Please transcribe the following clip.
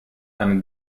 and